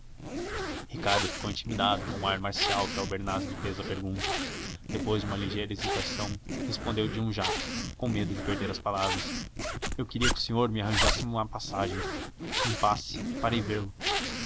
ricardo ficou intimidado com o ar marcial com que albernaz lhe fez a pergunta depois de uma ligeira hesitação respondeu de um jacto com medo de perder as palavras eu queria que o senhor me arranjasse uma passagem um passe para